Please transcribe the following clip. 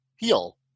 Heal